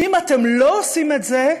ואם אתם לא עושים את זה,